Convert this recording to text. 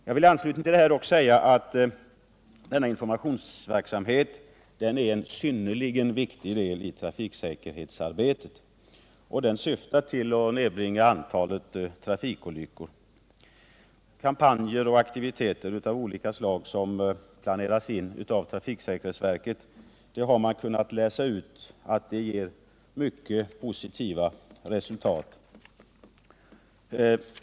Jag vill i anslutning härtill säga att informationsverksamheten är en synnerligen viktig del av trafiksäkerhetsarbetet. Den syftar till att nedbringa antalet trafikolyckor. Det har visat sig att kampanjer och andra informationsaktiviteter av olika slag som verket genomfört givit mycket positiva resultat.